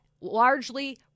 largely